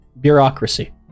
bureaucracy